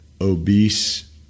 obese